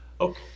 Okay